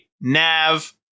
nav